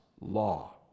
law